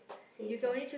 safe lah